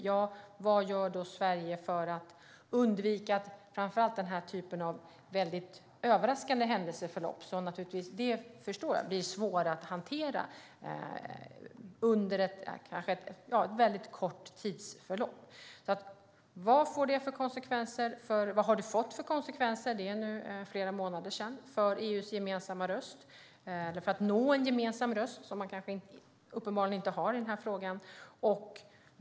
Ja, vad gör då Sverige för att undvika framför allt den här typen av väldigt överraskande händelseförlopp, som jag förstår är svåra att hantera under ett väldigt kort tidsförlopp? Vad har det fått för konsekvenser - det är nu flera månader sedan - för EU:s möjlighet att nå en gemensam röst, som man uppenbarligen inte har i den här frågan?